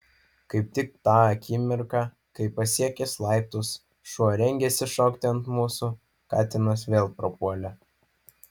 kaip tik tą akimirką kai pasiekęs laiptus šuo rengėsi šokti ant mūsų katinas vėl prapuolė